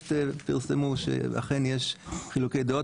הנפט פרסמו שיש חילוקי דעות,